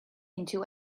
into